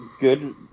good